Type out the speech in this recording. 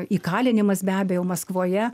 įkalinimas be abejo maskvoje